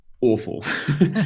awful